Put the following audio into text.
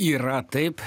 yra taip